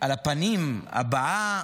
על הפנים הבעה,